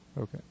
Okay